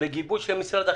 בגיבוי של משרד החינוך,